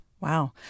Wow